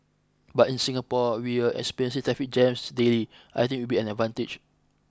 but in Singapore where experience traffic jams daily I think it will be an advantage